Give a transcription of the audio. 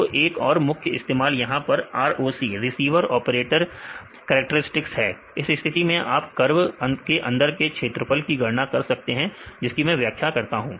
तो एक और मुख्य इस्तेमाल यहां पर है ROC रिसीवर ऑपरेटर करैक्टेरिस्टिक्स इस स्थिति में आप कर्व अंदर का क्षेत्रफल की गणना कर सकते हैं मैं इसकी व्याख्या करता हूं